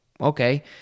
Okay